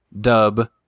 dub